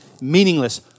meaningless